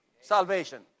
salvation